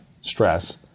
stress